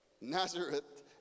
Nazareth